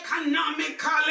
economically